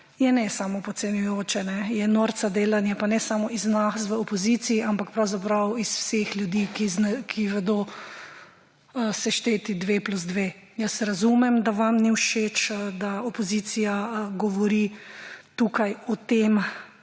je ne samo podcenjujoče, je norca delanje, pa ne samo iz nas v opoziciji, ampak pravzaprav iz vseh ljudi, ki vedo sešteti dve plus dve. Jaz razumem, da vam ni všeč, da opozicija govori tukaj o tem